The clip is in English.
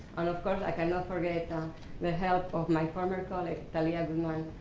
and of course, i cannot forget the help of my former colleague talia guzman,